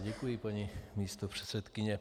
Děkuji, paní místopředsedkyně.